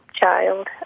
child